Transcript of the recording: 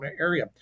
area